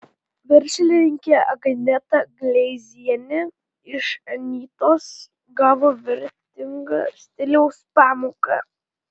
verslininkė agneta kleizienė iš anytos gavo vertingą stiliaus pamoką